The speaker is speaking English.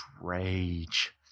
rage